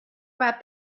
about